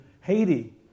Haiti